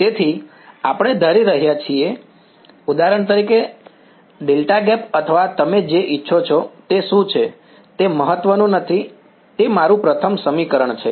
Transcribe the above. તેથી આ આપણે ધારી રહ્યા છીએ ઉદાહરણ તરીકે ડેલ્ટા ગેપ અથવા તમે જે ઇચ્છો છો તે શું છે તે મહત્વનું નથી તે મારું પ્રથમ સમીકરણ છે